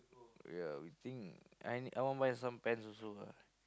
yeah we think I need I want buy some pants also lah